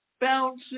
Bouncing